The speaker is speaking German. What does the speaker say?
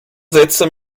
sätze